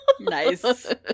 Nice